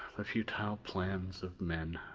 the futile plans of men!